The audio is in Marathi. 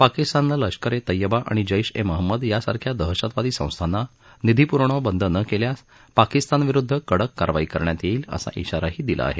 पाकिस्ताननं लष्कर ए तैयबा आणि जैश ए महमद सारख्या दहशतवादी संस्थांना निधी पुरवणं बंद न केल्यास पाकिस्तानविरुद्ध कडक कारवाई करण्यात येईल असा श्राराही दिला आहे